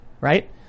Right